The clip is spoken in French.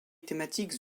thématiques